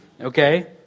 okay